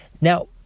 Now